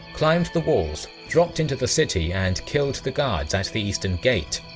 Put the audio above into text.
climbed the walls, dropped into the city and killed the guards at the eastern gate.